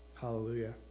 Hallelujah